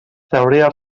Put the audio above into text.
trauria